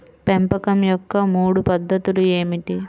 పెంపకం యొక్క మూడు పద్ధతులు ఏమిటీ?